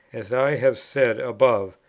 as i have said above,